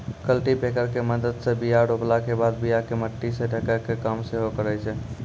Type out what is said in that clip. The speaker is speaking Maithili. कल्टीपैकर के मदत से बीया रोपला के बाद बीया के मट्टी से ढकै के काम सेहो करै छै